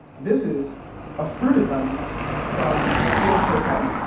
this is a fruited lambic from pierre tilquin.